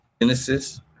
Genesis